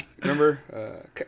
Remember